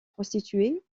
prostituées